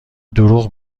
دروغ